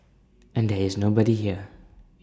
and there is nobody here